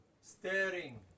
Staring